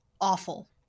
awful